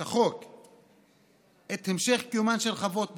החוק את המשך קיומן של חוות בודדים,